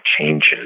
changes